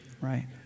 right